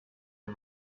and